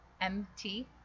MT